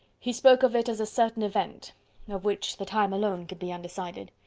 he spoke of it as a certain event of which the time alone could be undecided.